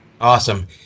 awesome